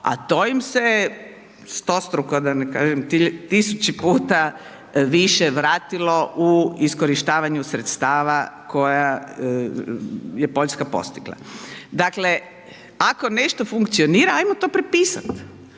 a to im se stostruko da ne kažem tisući puta više vratilo u iskorištavanju sredstava koja je Poljska postigla. Dakle, ako nešto funkcionira ajmo to prepisat,